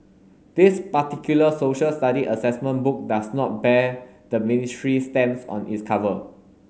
this particular social study assessment book does not bear the ministry's stamps on its cover